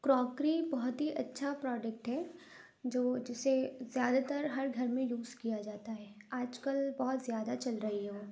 crockery بہت ہی اچھا پروڈکٹ ہے جو جسے زیادہ تر ہر گھر میں یوز کیا جاتا ہے آج کل بہت زیادہ چل رہی ہے وہ